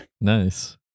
Nice